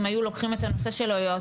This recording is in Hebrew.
אם היו לוקחים את הנושא של היועצות